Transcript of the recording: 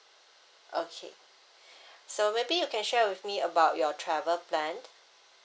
okay so maybe you can share with me about your travel plan